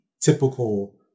typical